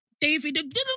David